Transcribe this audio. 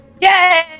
Yay